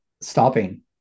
stopping